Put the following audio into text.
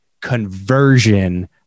conversion